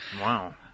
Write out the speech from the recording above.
Wow